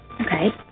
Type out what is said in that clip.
Okay